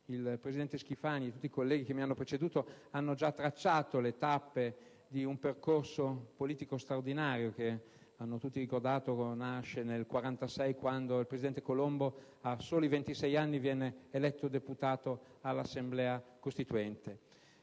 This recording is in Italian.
Il presidente Schifani e tutti i colleghi che mi hanno preceduto hanno già tracciato le tappe di un percorso politico straordinario che, come tutti hanno ricordato, nasce nel 1946, quando il presidente Colombo, a soli 26 anni, è stato eletto deputato all'Assemblea costituente.